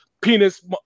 penis